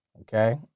Okay